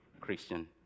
Christian